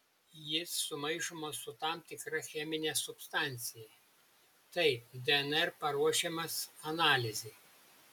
jis sumaišomas su tam tikra chemine substancija taip dnr paruošiamas analizei